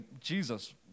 Jesus